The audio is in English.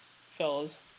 fellas